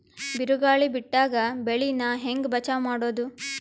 ಬಿರುಗಾಳಿ ಬಿಟ್ಟಾಗ ಬೆಳಿ ನಾ ಹೆಂಗ ಬಚಾವ್ ಮಾಡೊದು?